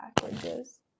packages